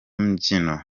mbyino